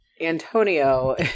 Antonio